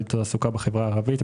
לעידוד תעסוקה בחברה הערבית,